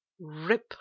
Rip